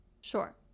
Sure